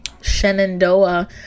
shenandoah